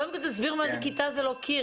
כל זה משפיע בסוף על התלמיד בכיתה בישראל.